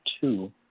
two